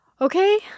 okay